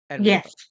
Yes